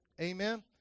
Amen